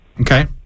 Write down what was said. Okay